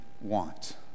want